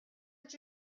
did